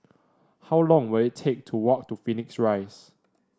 how long will it take to walk to Phoenix Rise